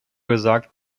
gesagt